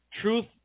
truth